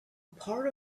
part